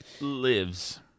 Lives